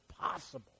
possible